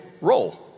role